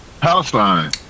Palestine